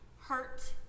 hurt